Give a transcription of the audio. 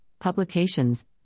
publications